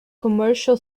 commercial